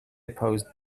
opposed